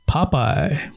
Popeye